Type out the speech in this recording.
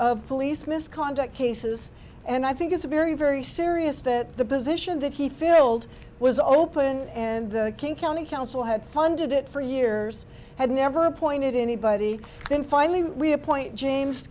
of police misconduct cases and i think it's a very very serious that the position that he filled was open and the king county council had funded it for years had never appointed anybody then finally we appoint james